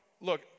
Look